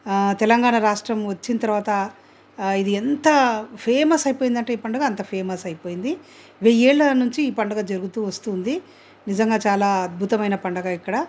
తెలంగాణ రాష్ట్రం వచ్చిన తర్వాత ఇది ఎంత ఫేమస్ అయిపొయిందంటే ఈ పండుగ అంత ఫేమస్ అయిపొయింది వెయ్యి ఏళ్ళ నుంచి ఈ పండగ జరుగుతూ వస్తుంది నిజంగా చాలా అద్భుతమైన పండుగ ఇక్కడ